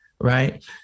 Right